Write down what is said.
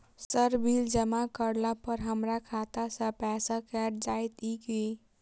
Sir bill जमा करला पर हमरा खाता सऽ पैसा कैट जाइत ई की?